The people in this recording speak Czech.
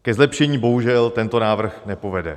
Ke zlepšení bohužel tento návrh nepovede.